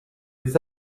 les